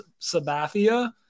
sabathia